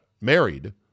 married